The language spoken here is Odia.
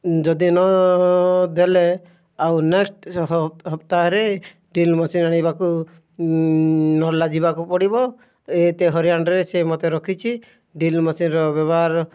ଯଦି ନ ଦେଲେ ଆଉ ନେକ୍ସଟ୍ ସପ୍ତାହରେ ଡ୍ରିଲ୍ ମେସିନ୍ ଆଣିବାକୁ ନର୍ଲା ଯିବାକୁ ପଡ଼ିବ ଏତେ ହଇରାଣରେ ସିଏ ମୋତେ ରଖିଚି ଡ୍ରିଲ୍ ମେସିନ୍ର ବ୍ୟବହାର